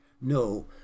No